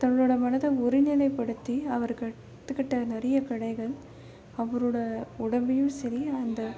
தன்னோடய மனதை ஒருநிலைப்படுத்தி அவர் கற்றுகிட்ட நிறைய கலைகள் அவரோடய உடம்பையும் சரி அந்த